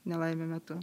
nelaimių metu